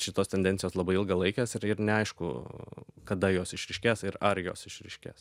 šitos tendencijos labai ilgalaikės ir ir neaišku kada jos išryškės ir ar jos išryškės